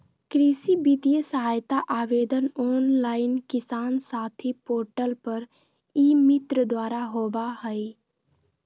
कृषि वित्तीय सहायता आवेदन ऑनलाइन किसान साथी पोर्टल पर ई मित्र द्वारा होबा हइ